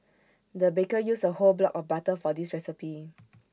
the baker used A whole block of butter for this recipe